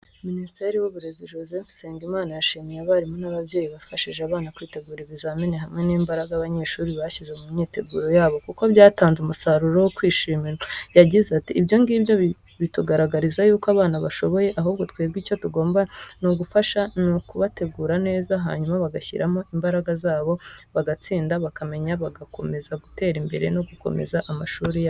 Minisitiri w’Uburezi Joseph Nsengimana yashimiye abarimu n’ababyeyi bafashije abana kwitegura ibizamini hamwe n’imbaraga abanyeshuri bashyize mu myiteguro yabo kuko byatanze umusaruro wo kwishimirwa. Yagize ati: "Ibyo ngibyo bitugaragariza y’uko abana bashoboye, ahubwo twebwe icyo tugomba ni kubafasha, ni ukubategura neza, hanyuma bagashyiramo imbaraga zabo bagatsinda, bakamenya, bagakomeza gutera imbere no gukomeza amashuri yabo."